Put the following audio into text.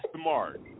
smart